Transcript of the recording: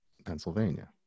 Pennsylvania